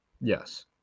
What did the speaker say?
Yes